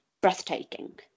breathtaking